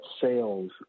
sales